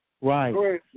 Right